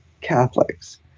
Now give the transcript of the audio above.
Catholics